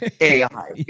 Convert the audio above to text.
AI